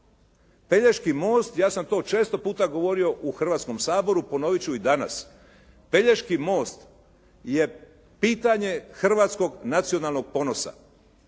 Pelješki most ja sam to često puta govorio u Hrvatskom saboru, ponovit ću i danas, Pelješki most je pitanje hrvatskog nacionalnog ponosa.